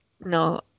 no